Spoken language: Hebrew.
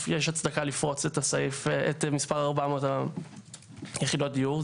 יש הצדקה לפרוץ את מספר 400 יחידות הדיור,